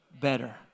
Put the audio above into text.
better